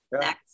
Next